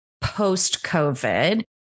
post-COVID